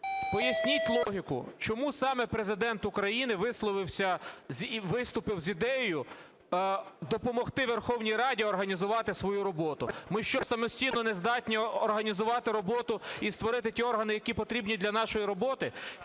Поясніть логіку, чому саме Президент України висловився і виступив з ідеєю допомогти Верховній Раді організувати свою роботу? Ми що, самостійно не здатні організувати роботу і створити ті органи, які потрібні для нашої роботи?